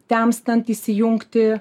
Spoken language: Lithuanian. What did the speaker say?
temstant įsijungti